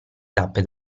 tappe